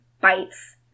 bites